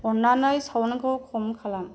अन्नानै साउन्डखौ खम खालाम